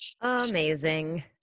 Amazing